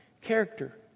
character